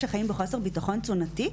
שחיים בחוסר ביטחון תזונתי,